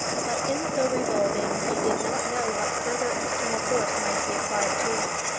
but in so resolving he did not know what further external force might be applied to him.